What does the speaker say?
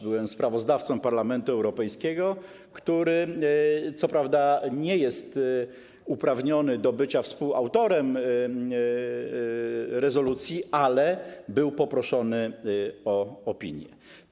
Byłem sprawozdawcą Parlamentu Europejskiego, który co prawda nie jest uprawniony do bycia współautorem rezolucji, ale był poproszony o opinię.